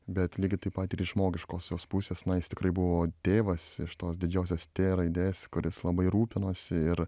bet lygiai taip pat ir iš žmogiškosios pusės na jis tikrai buvo tėvas iš tos didžiosios t raidės kuris labai rūpinosi ir